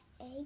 egg